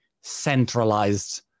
centralized